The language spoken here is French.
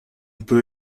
peut